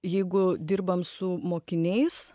jeigu dirbam su mokiniais